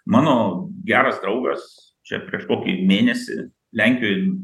mano geras draugas čia prieš kokį mėnesį lenkijoj